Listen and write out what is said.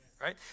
right